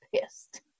pissed